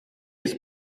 jest